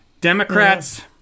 Democrats